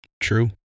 true